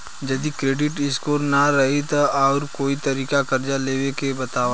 जदि credit score ना रही त आऊर कोई तरीका कर्जा लेवे के बताव?